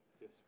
Yes